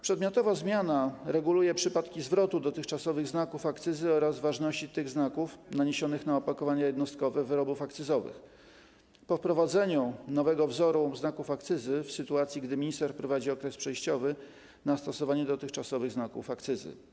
Przedmiotowa zmiana reguluje przypadki zwrotu dotychczasowych znaków akcyzy oraz ważności tych znaków naniesionych na opakowania jednostkowe wyrobów akcyzowych po wprowadzeniu nowego wzoru znaków akcyzy, w sytuacji gdy minister wprowadzi okres przejściowy na stosowanie dotychczasowych znaków akcyzy.